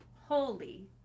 holy